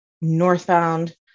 northbound